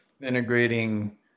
integrating